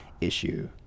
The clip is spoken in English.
issue